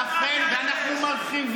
נחמן, רוצח חיילים